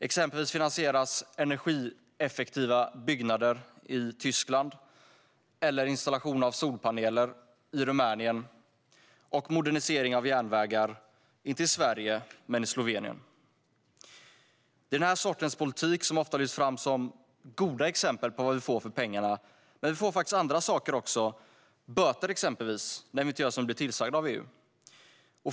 Exempelvis finansieras energieffektiva byggnader i Tyskland, installation av solpaneler i Rumänien och modernisering av järnvägar i Slovenien, inte i Sverige. Det är den sortens politik som ofta lyfts fram som ett gott exempel på vad vi får för pengarna. Men vi får faktiskt andra saker också, exempelvis böter när vi inte gör som vi blir tillsagda av EU.